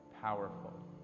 powerful